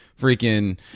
freaking